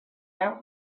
out